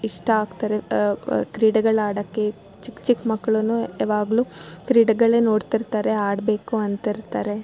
ಇಷ್ಟ ಆಗ್ತಾರೆ ಕ್ರೀಡೆಗಳು ಆಡೋಕ್ಕೆ ಚಿಕ್ಕ ಚಿಕ್ಕ ಮಕ್ಳೂ ಯಾವಾಗ್ಲೂ ಕ್ರೀಡೆಗಳೇ ನೋಡ್ತಿರ್ತಾರೆ ಆಡಬೇಕು ಅಂತಿರ್ತಾರೆ